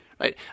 right